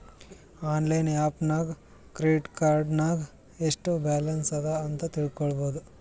online app ನಾಗ್ credit card ನಾಗ್ ಎಸ್ಟ್ ಬ್ಯಾಲನ್ಸ್ ಅದಾ ಅಂತ್ ತಿಳ್ಕೊಬೋದು